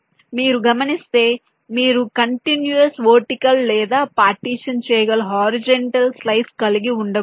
మీరు గమనిస్తే మీరు కంటిన్యుయస్ వర్టికల్ లేదా పార్టిషన్ చేయగల హరిజోన్టల్ స్లైస్ కలిగి ఉండకూడదు